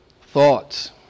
thoughts